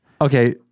Okay